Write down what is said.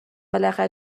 بالاخره